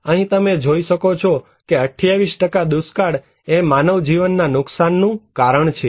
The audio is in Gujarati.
અહીં તમે જોઈ શકો છો કે 28 દુષ્કાળ એ માનવજીવનના નુકશાનનું કારણ છે